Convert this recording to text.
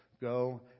Go